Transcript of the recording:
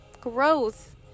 growth